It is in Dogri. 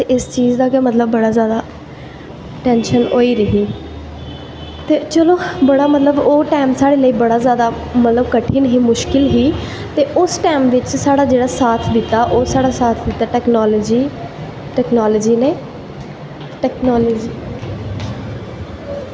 ते इस चीज़ दा गै मतलव बड़ी जादा टैंशन होई दी ही ते चलो मतलव बड़ा जादा ओह् टैंम साढ़े लेई बड़ा जादा मतलव कठन हा मुश्किल हा ते ओह् साढ़ा साथ दित्ता ओह् दित्ता टैकनॉलजी टैकनॉलजी नै